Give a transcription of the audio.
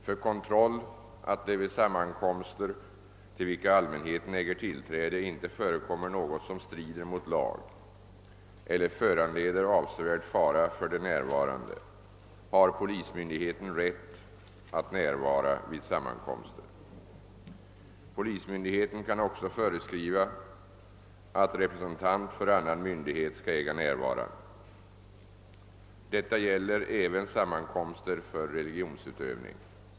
För kontroll av att det vid sammankomster, till vilka allmänheten äger tillträde, inte förekommer något som strider mot lag eller föranleder avsevärd fara för de närvarande har polismyndigheten rätt att närvara vid sammankomster. Polismyndigheten kan också föreskriva att representant för annan myndig het skall äga närvara. Detta gäller även sammankomster för religionsutövning.